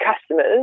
customers